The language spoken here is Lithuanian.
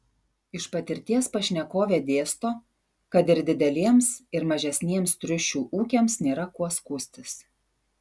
iš patirties pašnekovė dėsto kad ir dideliems ir mažesniems triušių ūkiams nėra kuo skųstis